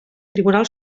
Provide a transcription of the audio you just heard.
tribunal